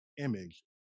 image